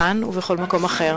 כאן ובכל מקום אחר.